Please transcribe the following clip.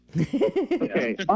okay